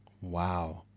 wow